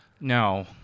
No